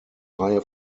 reihe